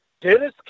Dennis